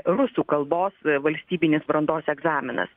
rusų kalbos e valstybinis brandos egzaminas